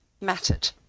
mattered